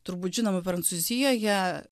turbūt žinomų prancūzijoje